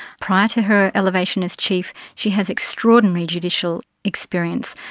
prior to her elevation as chief she has extraordinary judicial experience.